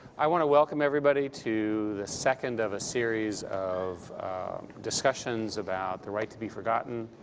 i want to welcome everybody to the second of a series of discussions about the right to be forgotten.